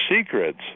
secrets